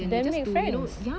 then make friends